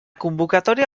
convocatòria